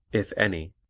if any,